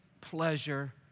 pleasure